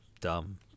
Dumb